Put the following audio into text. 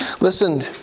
Listen